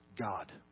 God